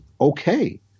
okay